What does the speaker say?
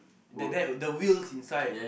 that that the wheels inside